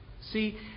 See